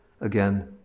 again